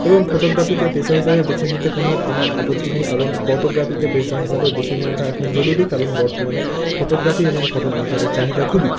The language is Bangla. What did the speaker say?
এবং ফটোগ্রাফিকে পেশা হিসেবে বেছে নিতে কোন আমার আপত্তি নেই কারণ ফটোগ্রাফিকে পেশা হিসেবে বেছে নেওয়াটা এখন জরুরি কারণ বর্তমানে ফটোগ্রাফি এবং ফটোগ্রাফারের চাহিদা খুবই